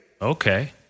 Okay